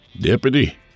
Deputy